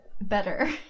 better